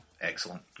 Excellent